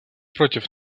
против